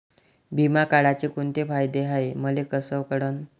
बिमा काढाचे कोंते फायदे हाय मले कस कळन?